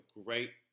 great